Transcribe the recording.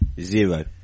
Zero